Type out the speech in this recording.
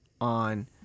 on